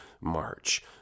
march